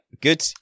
Good